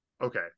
Okay